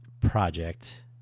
Project